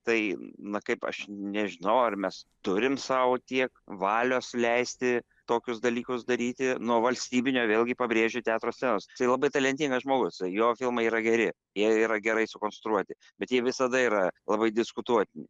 tai na kaip aš nežinau ar mes turim sau tiek valios leisti tokius dalykus daryti nuo valstybinio vėlgi pabrėžiu teatro scenos tai labai talentingas žmogus jo filmai yra geri jie yra gerai sukonstruoti bet jie visada yra labai diskutuotini